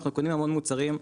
המון מוצרים,